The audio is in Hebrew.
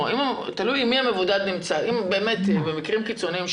במקרים קיצוניים,